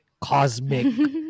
cosmic